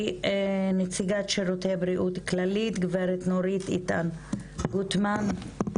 נציגת שירותי בריאות כללית גב' נורית איתן גוטמן בבקשה.